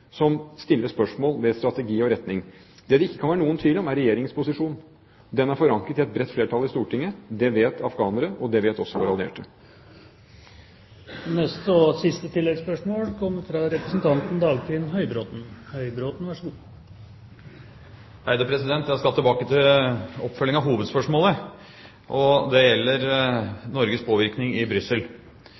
som stiller spørsmål ved strategi og retning. Det det ikke kan være noen tvil om, er Regjeringens posisjon. Den er forankret i et bredt flertall i Stortinget. Det vet afghanere, og det vet også de allierte. Dagfinn Høybråten – til oppfølgingsspørsmål. Jeg skal tilbake til oppfølging av hovedspørsmålet, og det gjelder Norges påvirkning i Brussel.